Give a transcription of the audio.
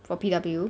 for P_W